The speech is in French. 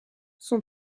son